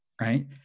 Right